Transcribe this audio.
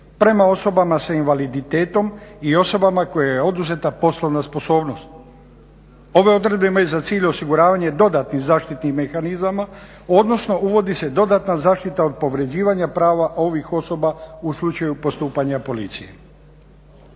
prema osobama s invaliditetom i osobama kojima je oduzeta poslovna sposobnost. Ove odredbe imaju za cilj osiguravanje dodatnih zaštitnih mehanizama, odnosno uvodi se dodatna zaštita od povređivanja prava ovih osoba u slučaju postupanja policije.